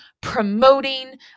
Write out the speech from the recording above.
promoting